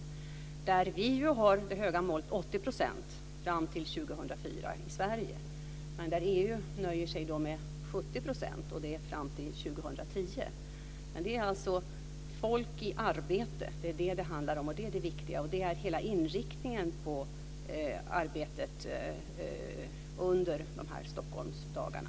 Vi har i Sverige det höga målet 80 % fram till år 2004. Där nöjer EU sig med 70 % fram till år 2010. Det handlar om folk i arbete. Det är det viktiga. Det är hela inriktningen på arbetet under Stockholmsdagarna.